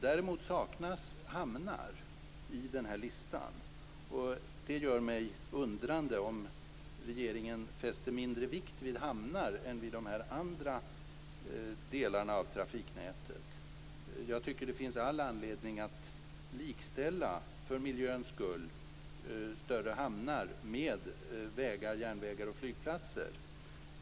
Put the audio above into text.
Däremot saknas hamnar i den här listan. Det gör mig undrande om regeringen fäster mindre vikt vid hamnar än vid de andra delarna i trafiknätet. Jag tycker att det för miljöns skull finns all anledning att likställa större hamnar med vägar, järnvägar och flygplatser.